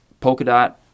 Polkadot